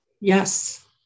Yes